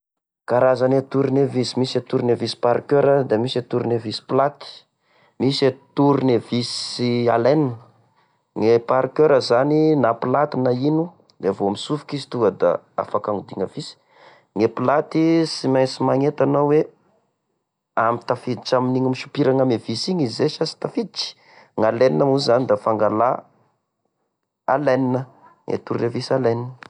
Karazane tornevisy misy e tornevisy parqueur da misy e tornevisyplate, misy e tornevisy alene,.Nge parqueur zany na plate na ino rehefa misofiky izy tonga da afaka agnodina visy gne plate sy mainsy magnety anao hoe: am tafiditra amin'igny misopirana ame visy igny izy zay sa sy tafiditry? gn'alene zany da fangala alene gne tornevisy alene